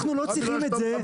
אנחנו לא צריכים את זה.